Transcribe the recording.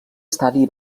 estadi